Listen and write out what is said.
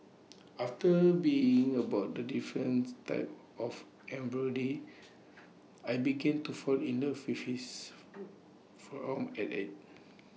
after being about the difference types of embroidery I began to fall in love with his from at art